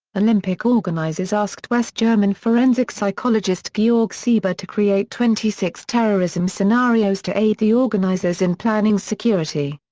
olympic organizers asked west german forensic psychologist georg sieber to create twenty six terrorism scenarios to aid the organizers in planning security.